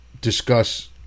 discuss